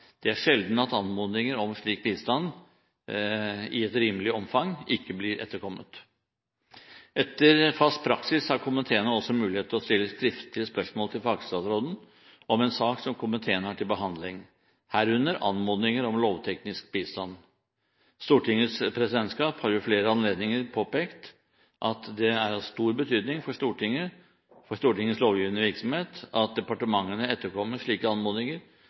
Det er sjelden at anmodninger om slik bistand, i et rimelig omfang, ikke blir etterkommet. Etter fast praksis har komiteene også mulighet til å stille skriftlige spørsmål til fagstatsråden om en sak som komiteen har til behandling, herunder anmodninger om lovteknisk bistand. Stortingets presidentskap har ved flere anledninger påpekt at det er av stor betydning for Stortingets lovgivende virksomhet at departementene etterkommer slike anmodninger